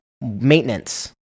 maintenance